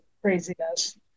craziness